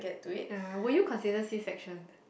yeah will you consider C section